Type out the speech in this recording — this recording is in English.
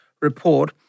report